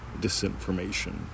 Disinformation